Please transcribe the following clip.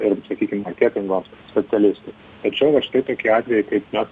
ir sakykim marketingo specialistų tačiau vat štai tokie atvejai kai net